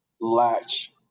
latch